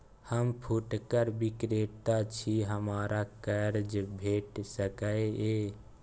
हम फुटकर विक्रेता छी, हमरा कर्ज भेट सकै ये?